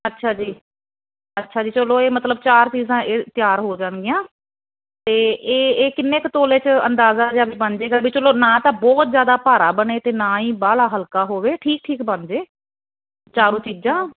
ਅੱਛਿਆ ਜੀ ਅੱਛਿਆ ਜੀ ਚਲੋ ਇਹ ਮਤਲਬ ਚਾਰ ਚੀਜ਼ਾਂ ਇਹ ਤਿਆਰ ਹੋ ਜਾਣਗੀਆਂ ਤੇ ਇਹ ਇਹ ਕਿੰਨੇ ਕ ਤੋਲੇ ਚ ਅੰਦਾਜ਼ਾ ਜਾ ਵੀ ਬਣਜੇਗਾ ਵੀ ਚਲੋ ਨਾ ਤਾਂ ਬਹੁਤ ਜਿਆਦਾ ਭਾਰਾ ਬਨੇ ਤੇ ਨਾ ਈ ਬਾਲਾ ਹਲਕਾ ਹੋਵੇ ਠੀਕ ਠੀਕ ਬਨਜੇ ਚਾਰੋਂ ਚੀਜਾਂ